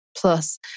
plus